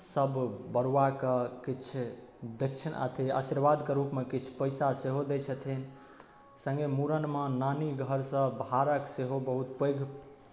सब बरुआके किछु दक्षिणा अथी आशीर्वाद के रूप मे किछु पैसा सेहो दै छथिन संगे मुरन मे नानी घरसँ भारक सेहो बहुत पैघ